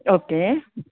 okay